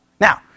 Now